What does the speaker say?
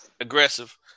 aggressive